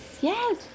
yes